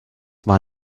war